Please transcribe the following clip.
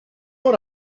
ddod